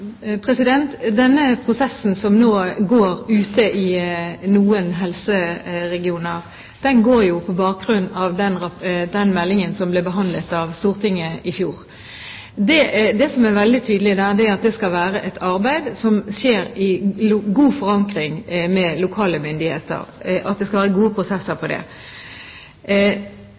prosessen som nå går ute i noen helseregioner, går jo på bakgrunn av den meldingen som ble behandlet av Stortinget i fjor. Det som er veldig tydelig der, er at det skal være et arbeid som skjer med god forankring i lokale myndigheter, at det skal være gode prosesser for det.